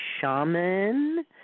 shaman